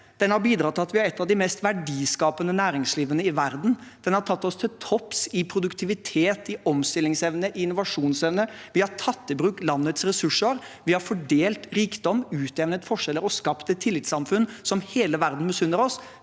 Den har bidratt til at vi har et av de mest verdiskapende næringslivene i verden. Den har tatt oss til topps i produktivitet, i omstillingsevne og i innovasjonsevne. Vi har tatt i bruk landets ressurser, fordelt rikdom, utjevnet forskjeller og skapt et tillitssamfunn som hele verden misunner oss.